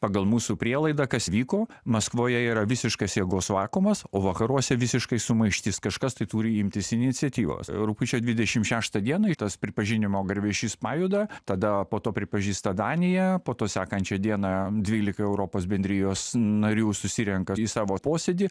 pagal mūsų prielaidą kas vyko maskvoje yra visiškas jėgos vakuumas o vakaruose visiškai sumaištis kažkas tai turi imtis iniciatyvos rugpjūčio dvidešim šeštą dieną tas pripažinimo garvežys pajuda tada po to pripažįsta danija po to sekančią dieną dvylika europos bendrijos narių susirenka į savo posėdį